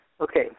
Okay